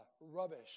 rubbish